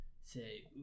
say